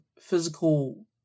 physical